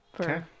Okay